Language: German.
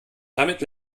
damit